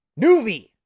Nuvi